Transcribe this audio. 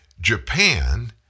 Japan